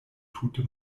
tute